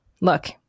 Look